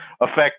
affect